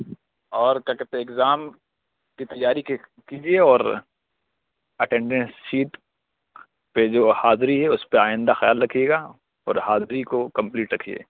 اور کیا کہتے ہیں اگزام کی تیاری کے کیجیے اور اٹینڈینس شیٹ پہ جو حاضری ہے اس پہ آئندہ خیال رکھیے گا اور حاضری کو کمپلیٹ رکھیے